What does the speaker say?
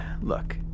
look